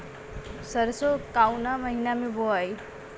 सरसो काउना महीना मे बोआई?